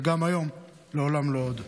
וגם היום: "לעולם לא עוד".